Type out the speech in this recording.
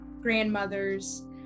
grandmothers